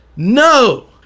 No